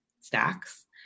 stacks